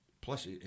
Plus